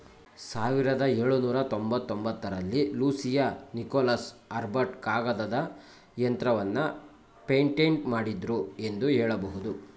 ಸಾವಿರದ ಎಳುನೂರ ತೊಂಬತ್ತಒಂಬತ್ತ ರಲ್ಲಿ ಲೂಸಿಯಾ ನಿಕೋಲಸ್ ರಾಬರ್ಟ್ ಕಾಗದದ ಯಂತ್ರವನ್ನ ಪೇಟೆಂಟ್ ಮಾಡಿದ್ರು ಎಂದು ಹೇಳಬಹುದು